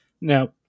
Now